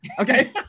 Okay